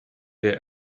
der